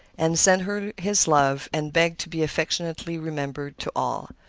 and sent her his love and begged to be affectionately remembered to all.